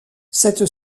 cette